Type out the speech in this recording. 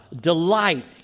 delight